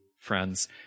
friends